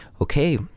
okay